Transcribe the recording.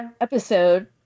episode